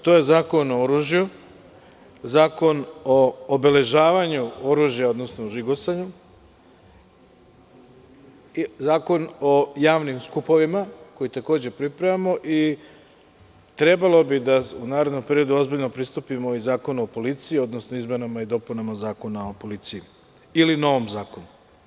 To je zakon o oružju, zakon o obeležavanju oružja, odnosno žigosanju i zakon o javnim skupovima, koji takođe pripremamo i trebalo bi da u narednom periodu ozbiljno pristupimo i zakonu o policiji odnosno izmenama i dopunama Zakona o policiji ili novom zakonu.